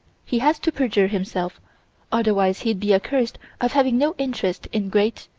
he has to perjure himself otherwise he'd be accused of having no interest in great,